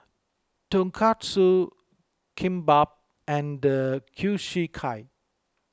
Tonkatsu Kimbap and Kushiyaki